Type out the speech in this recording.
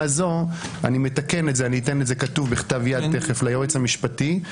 זו" אני מתקן את זה ואתן את זה כתוב בכתב יד ליועץ המשפטי: